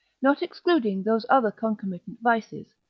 not excluding those other concomitant vices,